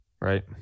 Right